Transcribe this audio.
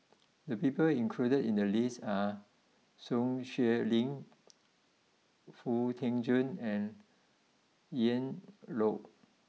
the people included in the list are Sun Xueling Foo Tee Jun and Ian Loy